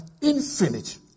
infinite